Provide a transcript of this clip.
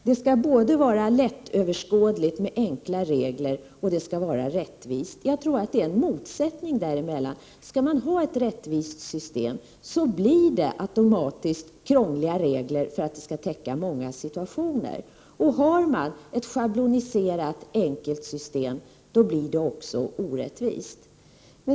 Det skall vara både lättöverskådligt, med enkla regler, och rättvist. Jag tror att det är en motsättning däremellan. Skall man ha ett rättvist system, blir det automatiskt krångliga regler, för att det skall täcka många situationer. Har man ett schabloniserat, enkelt system, blir det också orättvist.